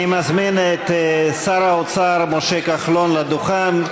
אני מזמין את שר האוצר משה כחלון לדוכן,